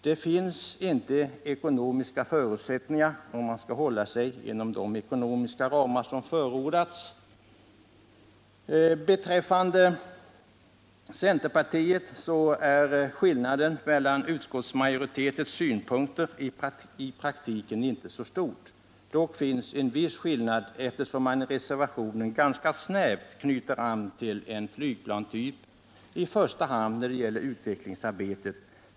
Det finns inte ekonomiska förutsättningar för det om man skall hålla sig inom de ekonomiska ramar som förordats. Skillnaden mellan utskottsmajoritetens synpunkter och centerpartiets i reservation nr 3 är i praktiken inte så stor. Dock finns en viss skillnad: i reservationen knyter man ganska snävt an till en flygplanstyp, i första hand när det gäller utvecklingsarbetet.